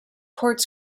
courts